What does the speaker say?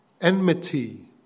Enmity